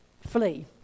flee